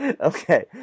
Okay